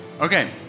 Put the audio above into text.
Okay